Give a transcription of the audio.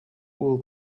will